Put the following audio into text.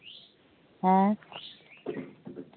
ᱦᱮᱸ